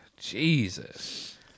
Jesus